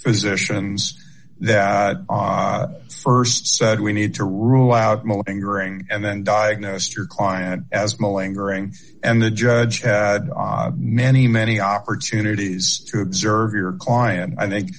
physicians that first said we need to rule out and then diagnose your client asthma lingering and the judge had many many opportunities to observe your client